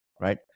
right